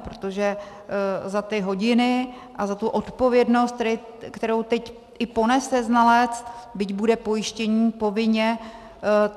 Protože za ty hodiny a za odpovědnost, kterou teď i ponese znalec, byť bude pojištění povinně,